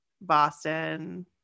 Boston